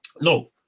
No